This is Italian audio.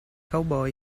cowboy